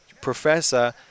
professor